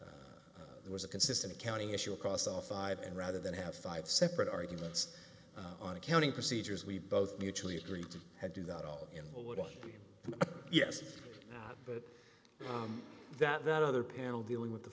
that was a consistent accounting issue across all five and rather than have five separate arguments on accounting procedures we both mutually agreed to do that all in one yes but that other panel dealing with the